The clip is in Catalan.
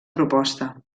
proposta